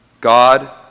God